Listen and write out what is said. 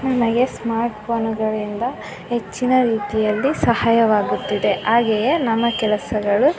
ನನಗೆ ಸ್ಮಾರ್ಟ್ ಫೋನುಗಳಿಂದ ಹೆಚ್ಚಿನ ರೀತಿಯಲ್ಲಿ ಸಹಾಯವಾಗುತ್ತಿದೆ ಹಾಗೆಯೇ ನಮ್ಮ ಕೆಲಸಗಳು